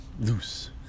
Loose